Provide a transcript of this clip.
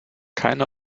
keine